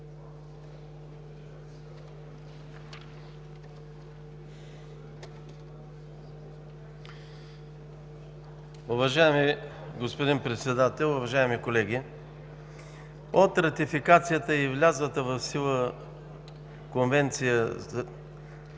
Уважаеми господин Председател, уважаеми колеги! От ратификацията и влязлата в сила Конвенция по